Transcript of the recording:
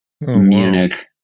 Munich